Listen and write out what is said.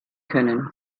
können